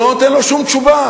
לא נותן לו שום תשובה.